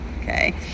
Okay